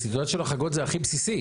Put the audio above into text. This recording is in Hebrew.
בסיטואציות של החרגות זה הכי בסיסי.